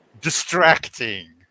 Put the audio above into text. distracting